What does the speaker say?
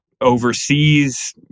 overseas